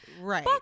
Right